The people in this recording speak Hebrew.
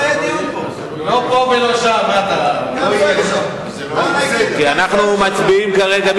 אנחנו מצביעים כרגע.